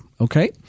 Okay